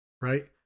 right